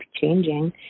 changing